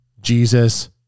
jesus